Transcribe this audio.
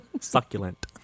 Succulent